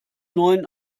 neuen